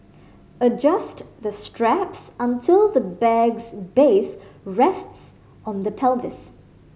adjust the straps until the bag's base rests on the pelvis